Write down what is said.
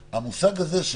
המושג הזה של